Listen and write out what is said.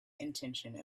intention